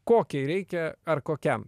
kokiai reikia ar kokiam